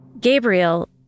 Gabriel